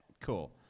cool